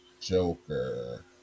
Joker